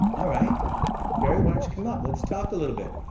all right. barry, why don't you come up? let's talk a little bit.